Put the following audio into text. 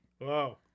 Wow